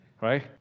Right